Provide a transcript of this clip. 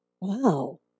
Wow